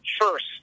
first